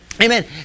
Amen